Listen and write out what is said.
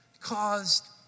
caused